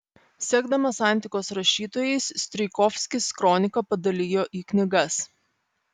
sekdamas antikos rašytojais strijkovskis kroniką padalijo į knygas